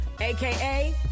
aka